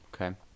Okay